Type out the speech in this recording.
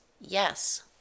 Yes